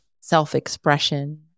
self-expression